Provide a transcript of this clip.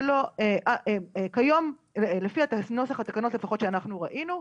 כיום לפי נוסח התקנות שאנחנו ראינו,